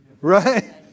Right